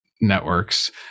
Networks